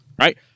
right